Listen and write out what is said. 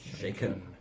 Shaken